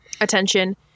attention